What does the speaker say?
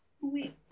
Wait